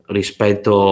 rispetto